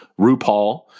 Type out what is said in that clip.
RuPaul